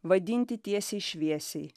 vadinti tiesiai šviesiai